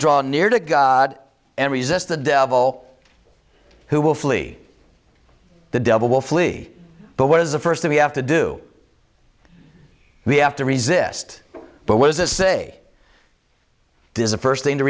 draw near to god and resist the devil who will flee the devil will flee but what is the first thing we have to do we have to resist but was a say does the first thing to